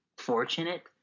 fortunate